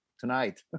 tonight